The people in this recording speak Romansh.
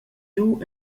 giu